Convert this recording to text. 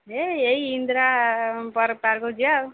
ହେ ଏଇ ଇନ୍ଦ୍ରା ପର ପାର୍କକୁ ଯିବା ଆଉ